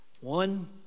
One